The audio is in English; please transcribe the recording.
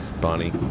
Bonnie